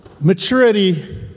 Maturity